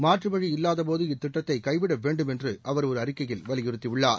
மாற்று வழி இல்லாத போது இத்திட்டத்தை கைவிட வேண்டும் என்று அவர் ஒரு அறிக்கையில் வலியுறுத்தியுள்ளார்